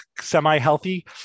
semi-healthy